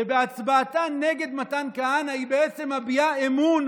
שבהצבעתה נגד מתן כהנא היא בעצם מביעה אמון